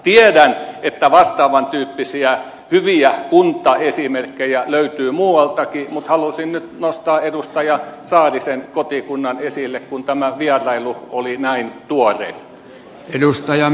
tiedän että vastaavan tyyppisiä hyviä kuntaesimerkkejä löytyy muualtakin mutta halusin nyt nostaa edustaja saarisen kotikunnan esille kun tämä vierailu oli näin tuore